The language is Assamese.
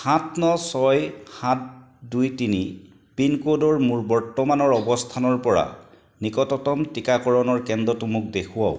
সাত ন ছয় সাত দুই তিনি পিন ক'ডৰ মোৰ বৰ্তমানৰ অৱস্থানৰ পৰা নিকটতম টীকাকৰণৰ কেন্দ্ৰটো মোক দেখুৱাওক